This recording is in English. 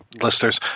listeners